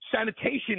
sanitation